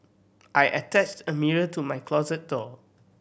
I attached a mirror to my closet door